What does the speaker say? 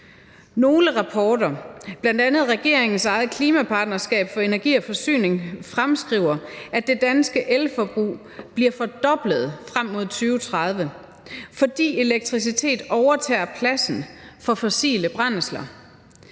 Nogle rapporter, bl.a. fra regeringens eget klimapartnerskab for energi og forsyning, fremskriver, at det danske elforbrug bliver fordoblet frem mod 2030, fordi elektricitet overtager pladsen fra fossile brændsler